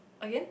again